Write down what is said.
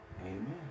amen